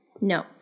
No